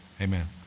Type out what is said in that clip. Amen